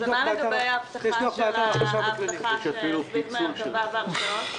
מה לגבי האבטחה של הדברים שנמצאים במרכב"ה והרשאות?